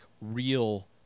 real